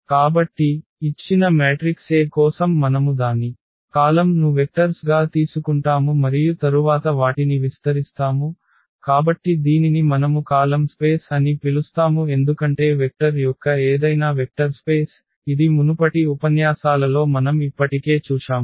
కాబట్టి ఇచ్చిన matrix A కోసం మనము దాని కాలమ్ను వెక్టర్స్గా తీసుకుంటాము మరియు తరువాత వాటిని విస్తరిస్తాము కాబట్టి దీనిని మనము కాలమ్ స్పేస్ అని పిలుస్తాము ఎందుకంటే వెక్టర్ యొక్క ఏదైనా వెక్టర్ స్పేస్ ఇది మునుపటి ఉపన్యాసాలలో మనం ఇప్పటికే చూశాము